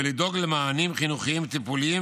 ולדאוג למענים חינוכיים טיפוליים